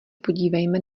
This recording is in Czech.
podívejme